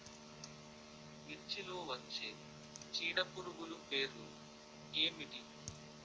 మిర్చిలో వచ్చే చీడపురుగులు పేర్లు ఏమిటి?